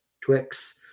Twix